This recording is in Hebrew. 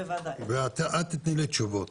את תתני לי תשובות